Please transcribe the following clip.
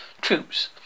troops